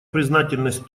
признательность